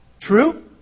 True